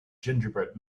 gingerbread